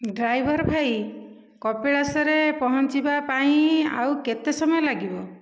driver ଭାଇ କପିଳାସରେ ପହଞ୍ଚିବା ପାଇଁ ଆଉ କେତେ ସମୟ ଲାଗିବ